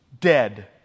Dead